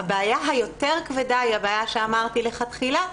הבעיה היותר כבדה היא הבעיה שאמרתי מלכתחילה,